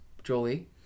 Jolie